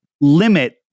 limit